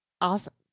Awesome